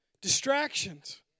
Distractions